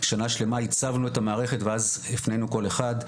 שנה שלמה עיצבנו את המערכת ואז הפננו כל אחד,